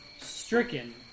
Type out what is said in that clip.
stricken